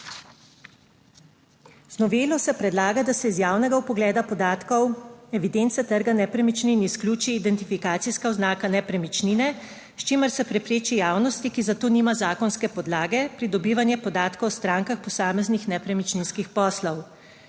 Z novelo se predlaga, da se iz javnega vpogleda podatkov evidence trga nepremičnin izključi identifikacijska oznaka nepremičnine, s čimer se prepreči javnosti, ki za to nima zakonske podlage, pridobivanje podatkov o strankah posameznih nepremičninskih poslov.